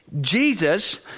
Jesus